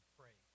pray